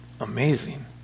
amazing